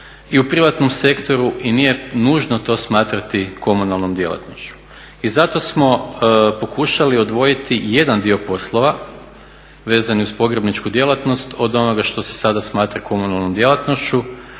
i u privatnom sektoru i nije nužno to smatrati komunalnom djelatnosti. I zato smo pokušali odvojiti jedan dio poslova vezanih uz pogrebničku djelatnost od onoga što se sada smatra komunalnom djelatnošću,